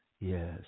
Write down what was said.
Yes